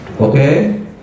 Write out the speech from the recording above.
okay